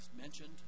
mentioned